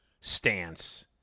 stance